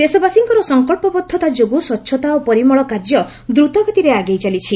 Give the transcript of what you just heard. ଦେଶବାସୀଙ୍କର ସଂକଳ୍ପବଦ୍ଧତା ଯୋଗୁଁ ସ୍ୱଚ୍ଛତା ଓ ପରିମଳ କାର୍ଯ୍ୟ ଦ୍ରତଗତିରେ ଆଗେଇ ଚାଲିଛି